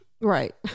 Right